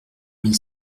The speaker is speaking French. mille